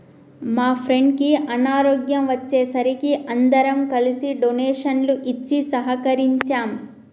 మా ఫ్రెండుకి అనారోగ్యం వచ్చే సరికి అందరం కలిసి డొనేషన్లు ఇచ్చి సహకరించాం